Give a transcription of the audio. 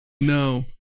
No